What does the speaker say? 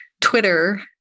Twitter